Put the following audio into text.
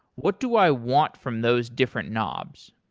what do i want from those different knobs?